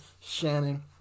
Shannon